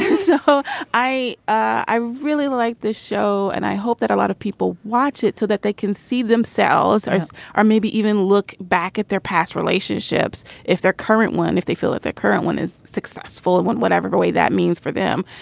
so i i really like this show and i hope that a lot of people watch it so that they can see themselves or so or maybe even look back at their past relationships if they're current one if they feel like the current one is successful and in whatever way that means for them.